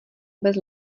bez